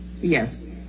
Yes